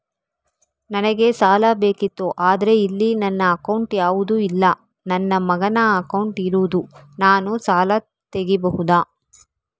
ನನಗೆ ಸಾಲ ಬೇಕಿತ್ತು ಆದ್ರೆ ಇಲ್ಲಿ ನನ್ನ ಅಕೌಂಟ್ ಯಾವುದು ಇಲ್ಲ, ನನ್ನ ಮಗನ ಅಕೌಂಟ್ ಇರುದು, ನಾನು ಸಾಲ ತೆಗಿಬಹುದಾ?